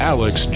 Alex